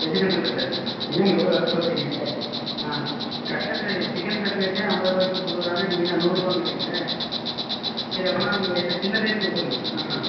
vegetable கட்லட்டுங்களா என்னங்க இவ்வளோ வெலை சொல்றீங்க கட் ஆ கட்லட்டு சிக்கன் கட்லட்டே ஐம்பது ரூவாய்க்கு கொடுக்குறாங்க நீங்கள் என்ன நூறுரூவாங்கிறீங்களே சரி அப்படினா நமக்கு ரெண்டு சின்னதே கொடுத்துருங்க ஆ